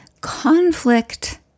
Conflict